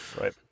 Right